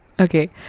okay